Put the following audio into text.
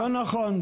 לא נכון.